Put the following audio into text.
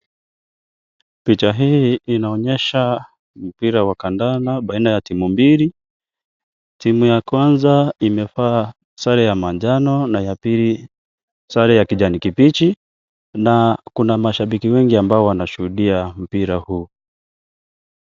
Picha hii inaonyesa mpira wa kandanda baina ya timu bili, timu ya kwanza imevaa sare ya manjano na ya pili sare ya kijani kibichi na kuna mashabiki wengi ambao wanashuhudia mpira huu.